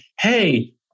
Hey